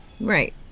Right